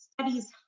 Studies